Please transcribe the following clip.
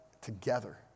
together